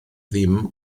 dim